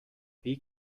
wie